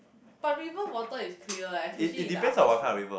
but river water is clear leh especially in the upper stream